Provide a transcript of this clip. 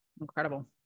Incredible